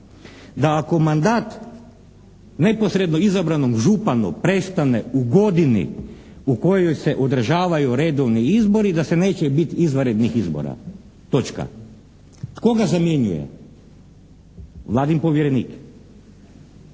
da ako mandat neposredno izabranom županu prestane u godini u kojoj se održavaju redovni izbori da neće biti izvanrednih izbora. Točka. Tko ga zamjenjuje? Vladin povjerenik.